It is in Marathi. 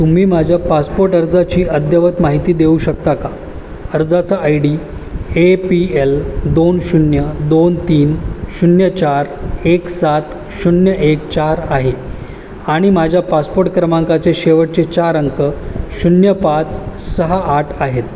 तुम्ही माझ्या पासपोट अर्जाची अद्यवत माहिती देऊ शकता का अर्जाचा ID A P L दोन शून्य दोन तीन शून्य चार एक सात शून्य एक चार आहे आणि माझ्या पासपोट क्रमांकाचे शेवटचे चार अंक शून्य पाच सहा आठ आहेत